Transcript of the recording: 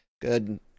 good